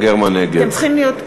(קוראת בשמות חברי הכנסת) נגד?